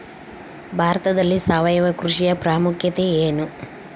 ಭಾರತದಲ್ಲಿ ಸಾವಯವ ಕೃಷಿಯ ಪ್ರಾಮುಖ್ಯತೆ ಎನು?